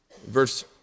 Verse